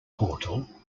portal